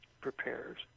prepares